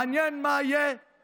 מעניין מה יהיה